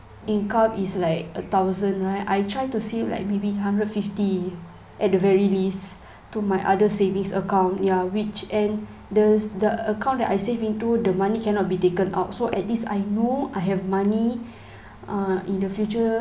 income is like a thousand right I try to save like maybe hundred fifty at the very least to my other savings account ya which and the the account that I save into the money cannot be taken out so at least I know I have money uh in the future